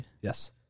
Yes